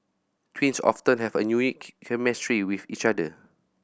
twins have a unique chemistry with each other